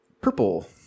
Purple